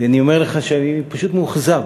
ואני אומר לך שאני פשוט מאוכזב,